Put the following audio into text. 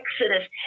Exodus